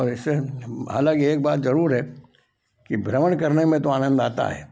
वैसे हालांकि एक बात जरूर है कि भ्रमण करने में तो आनंद आता है